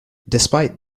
despite